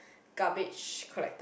garbage collect